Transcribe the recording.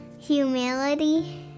humility